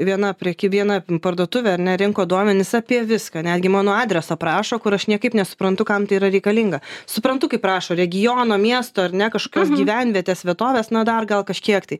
viena prie iki viena parduotuvė ar ne rinko duomenis apie viską netgi mano adreso prašo kur aš niekaip nesuprantu kam tai yra reikalinga suprantu kaip rašo regiono miesto ar ne kažkokios gyvenvietės vietovės na dar gal kažkiek tai